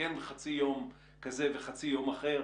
כן חצי יום כזה וחצי יום אחר,